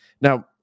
Now